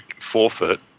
forfeit